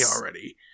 already